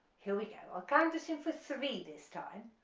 here we go, i'll count us in for three this time,